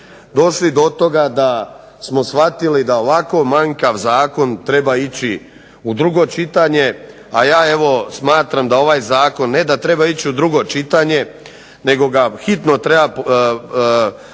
došli do toga da smo shvatili da ovako manjkav zakon treba ići u drugo čitanje, a ja evo smatram ne da treba ići u drugo čitanje nego ga hitno treba povući